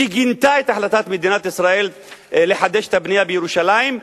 שגינתה את החלטת מדינת ישראל לחדש את הבנייה בירושלים,